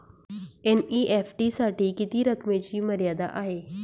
NEFT साठी किती रकमेची मर्यादा आहे?